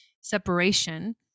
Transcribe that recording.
separation